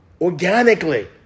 organically